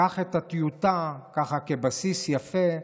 קח את הטיוטה כבסיס יפה,